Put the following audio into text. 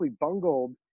bungled